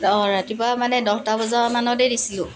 অঁ ৰাতিপুৱা মানে দহটা বজা মানতেই দিছিলোঁ